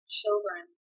children